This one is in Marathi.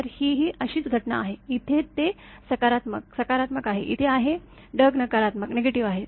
तर हीही अशीच घटना आहे इथे ते सकारात्मक सकारात्मक आहे इथे आहे ढग नकारात्मक आहे